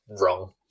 wrong